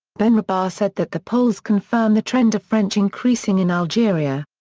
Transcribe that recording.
benrabah said that the polls confirm the trend of french increasing in algeria.